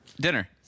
dinner